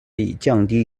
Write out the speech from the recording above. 降低